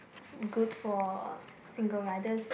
good for single riders